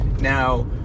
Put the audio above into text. Now